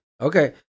okay